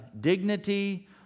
dignity